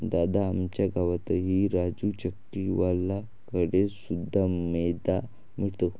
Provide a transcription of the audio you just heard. दादा, आमच्या गावातही राजू चक्की वाल्या कड़े शुद्ध मैदा मिळतो